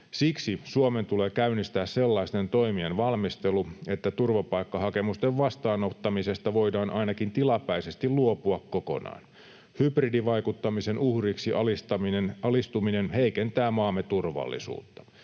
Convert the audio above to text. Siksi Suomen tulee käynnistää sellaisten toimien valmistelu, että turvapaikkahakemusten vastaanottamisesta voidaan ainakin tilapäisesti luopua kokonaan. Hybridivaikuttamisen uhriksi alistuminen heikentää maamme turvallisuutta.